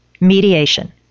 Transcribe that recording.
Mediation